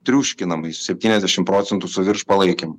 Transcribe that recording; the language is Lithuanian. triuškinamai septyniasdešimt procentų su virš palaikymu